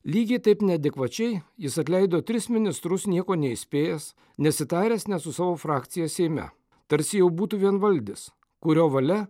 lygiai taip neadekvačiai jis atleido tris ministrus nieko neįspėjęs nesitaręs net su savo frakcija seime tarsi jau būtų vienvaldis kurio valia